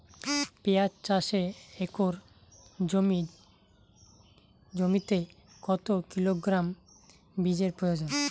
পেঁয়াজ চাষে একর প্রতি জমিতে কত কিলোগ্রাম বীজের প্রয়োজন?